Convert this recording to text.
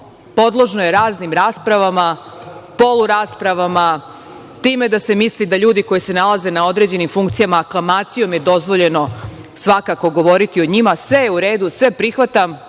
podložno je raznim raspravama, poluraspravama, time da se misli da ljudi koji se nalaze na određenim funkcijama, a klamacijom je dozvoljeno govoriti svakako o njima, sve je u redu, sve prihvatam,